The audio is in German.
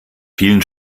vielen